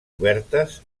obertes